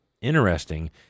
interesting